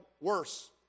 worse